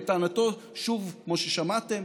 לטענתו, שוב, כמו ששמעתם,